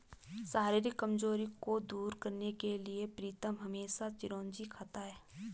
शारीरिक कमजोरी को दूर करने के लिए प्रीतम हमेशा चिरौंजी खाता है